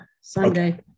Sunday